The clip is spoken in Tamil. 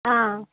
ஆ